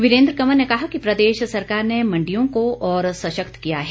वीरेंद्र कंवर ने कहा कि प्रदेश सरकार ने मंडियों को और सशक्त किया है